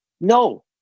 No